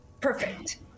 Perfect